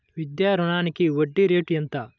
విద్యా రుణానికి వడ్డీ రేటు ఎంత?